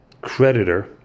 creditor